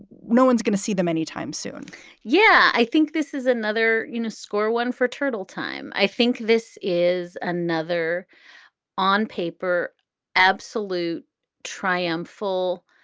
no one's going to see them anytime soon yeah, i think this is another you know score, one for turtle time. i think this is another on paper absolute triumphal